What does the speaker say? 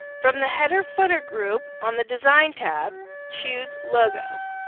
from the header footer group on the design tab choose logo.